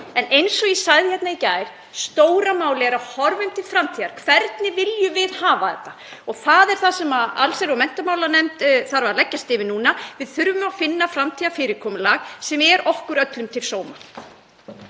Eins og ég sagði hér í gær: Stóra málið er að við horfum til framtíðar. Hvernig viljum við hafa þetta? Það er það sem allsherjar- og menntamálanefnd þarf að leggjast yfir núna. Við þurfum að finna framtíðarfyrirkomulag sem er okkur öllum til sóma.